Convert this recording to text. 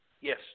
Yes